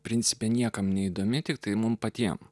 principe niekam neįdomi tiktai mums patiems